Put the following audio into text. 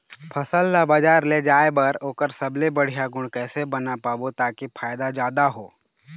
फसल ला बजार ले जाए बार ओकर सबले बढ़िया गुण कैसे बना पाबो ताकि फायदा जादा हो?